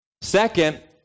Second